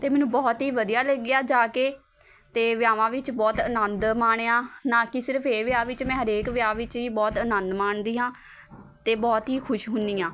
ਅਤੇ ਮੈਨੂੰ ਬਹੁਤ ਹੀ ਵਧੀਆ ਲੱਗਿਆ ਜਾ ਕੇ ਅਤੇ ਵਿਆਵਾਂ ਵਿੱਚ ਬਹੁਤ ਆਨੰਦ ਮਾਣਿਆ ਨਾ ਕਿ ਸਿਰਫ ਇਹ ਵਿਆਹ ਵਿੱਚ ਮੈਂ ਹਰੇਕ ਵਿਆਹ ਵਿੱਚ ਹੀ ਬਹੁਤ ਆਨੰਦ ਮਾਣਦੀ ਹਾਂ ਅਤੇ ਬਹੁਤ ਹੀ ਖੁਸ਼ ਹੁੰਦੀ ਹਾਂ